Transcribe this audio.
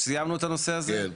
סיימנו את הנושא הזה?